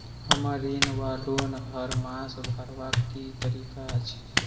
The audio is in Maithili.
हम्मर ऋण वा लोन हरमास भरवाक की तारीख अछि?